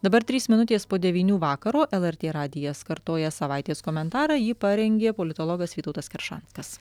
dabar trys minutės po devynių vakaro lrt radijas kartoja savaitės komentarą jį parengė politologas vytautas keršanskas